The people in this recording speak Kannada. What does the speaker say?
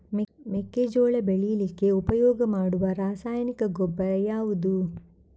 ಮೆಕ್ಕೆಜೋಳ ಬೆಳೀಲಿಕ್ಕೆ ಉಪಯೋಗ ಮಾಡುವ ರಾಸಾಯನಿಕ ಗೊಬ್ಬರ ಯಾವುದು?